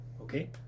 okay